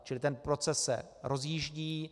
Čili ten proces se rozjíždí.